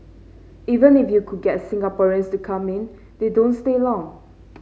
even if you could get Singaporeans to come in they don't stay long